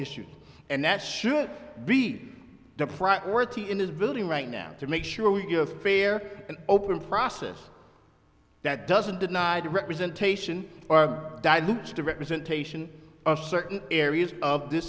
issue and that should be the priority in this building right now to make sure we get a fair and open process that doesn't denied representation are diluted to representation of certain areas of th